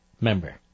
member